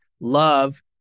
love